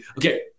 Okay